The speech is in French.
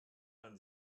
vingt